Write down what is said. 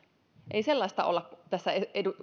ei sellaista ole tässä